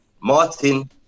Martin